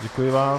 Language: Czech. Děkuji vám.